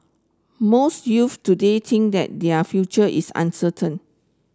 most youths today think that their future is uncertain